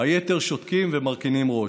היתר שותקים ומרכינים ראש.